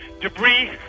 debris